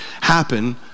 happen